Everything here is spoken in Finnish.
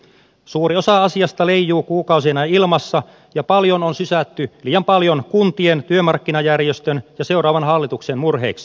suuri osa asiasta leijuu kuukausia ilmassa ja paljon on sysätty liian paljon kuntien työmarkkinajärjestön ja seuraavan hallituksen murheiksi